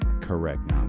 Correct